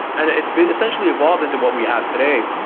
and it's essentially evolved into what we have today,